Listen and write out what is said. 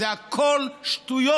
זה הכול שטויות.